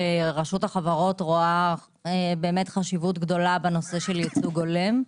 שרשות החברות רואה חשיבות גדולה בנושא ייצוג הולם.